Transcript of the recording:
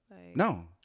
No